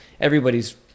everybody's